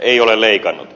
ei ole leikannut